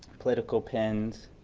political pens